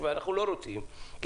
אנחנו לא רוצים בזה,